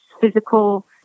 physical